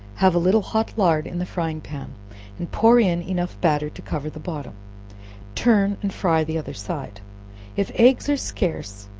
have a little hot lard in the frying-pan, and pour in enough batter to cover the bottom turn and fry the other side if eggs are scarce,